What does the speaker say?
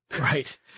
Right